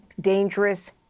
dangerous